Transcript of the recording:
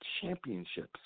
championships